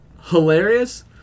hilarious